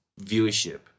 viewership